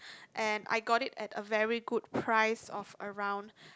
and I got it at a very good price of around